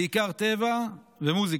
בעיקר טבע ומוזיקה.